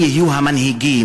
מי יהיו המנהיגים,